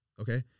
okay